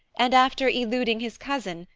and after eluding his cousin,